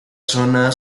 zona